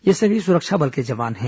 ये सभी सुरक्षा बल के जवान हैं